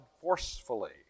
forcefully